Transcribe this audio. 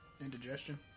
Indigestion